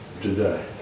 today